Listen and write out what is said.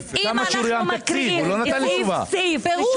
כמה שוריין תקציב, הוא לא נתן לי תשובה.